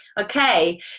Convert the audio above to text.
Okay